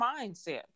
mindset